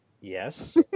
Yes